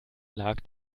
lag